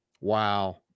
Wow